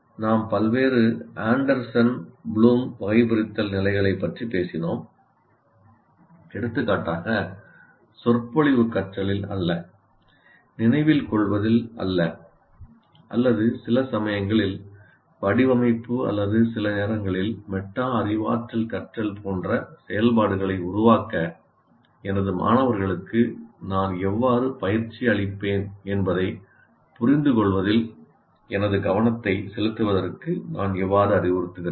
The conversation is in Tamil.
நாம் பல்வேறு ஆண்டர்சன் ப்ளூம் வகைபிரித்தல் நிலைகளைப் பற்றி பேசினோம் எடுத்துக்காட்டாக சொற்பொழிவு கற்றலில் அல்ல நினைவில் கொள்வதில் அல்ல அல்லது சில சமயங்களில் வடிவமைப்பு அல்லது சில நேரங்களில் மெட்டா அறிவாற்றல் கற்றல் போன்ற செயல்பாடுகளை உருவாக்க எனது மாணவர்களுக்கு நான் எவ்வாறு பயிற்சி அளிப்பேன் என்பதைப் புரிந்துகொள்வதில் எனது கவனத்தை செலுத்துவதற்கு நான் எவ்வாறு அறிவுறுத்துகிறேன்